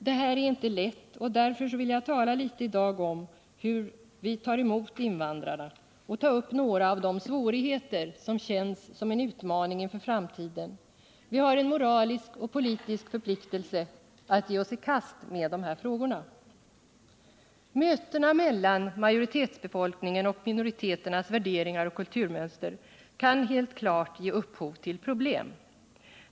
Det här är inte lätt, och därför vill jag tala litet i dag om hur vi tar emot invandrarna och ta upp några av de svårigheter som känns som en utmaning inför framtiden. Vi har en moralisk och politisk förpliktelse att ge oss i kast med dessa frågor. Mötena mellan majoritetsbefolkningen och minoriteternas värderingar och kulturmönster kan helt klart ge upphov till problem.